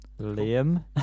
Liam